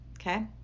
okay